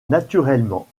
naturellement